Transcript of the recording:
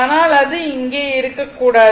ஆனால் இங்கே அது இருக்கக் கூடாது